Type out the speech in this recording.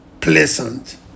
pleasant